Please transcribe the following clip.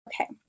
Okay